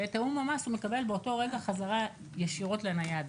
ואת תיאום המס הוא מקבל באותו רגע בחזרה הוא ישירות לנייד.